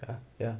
ah ya